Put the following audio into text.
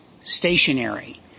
stationary